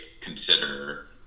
consider